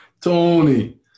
Tony